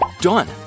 Done